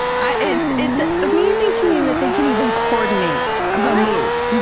ah it's it's amazing to me that they can even coordinate a move,